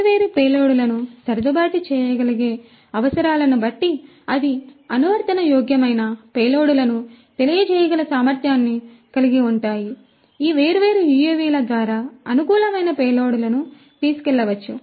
వేర్వేరు పేలోడ్లను సర్దుబాటు చేయగలిగే అవసరాలను బట్టి అవి అనువర్తన యోగ్యమైన పేలోడ్లను తెలియజేయగల సామర్థ్యాన్ని కలిగి ఉంటాయి ఈ వేర్వేరు యుఎవిల ద్వారా అనుకూలమైన పేలోడ్లను తీసుకెళ్లవచ్చు